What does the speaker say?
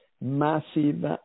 massive